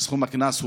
סכום הקנס,